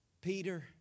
Peter